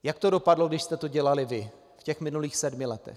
Jak to dopadlo, když jste to dělali vy v minulých sedmi letech?